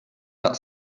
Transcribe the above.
not